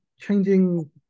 changing